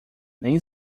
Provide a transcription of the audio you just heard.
nem